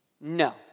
No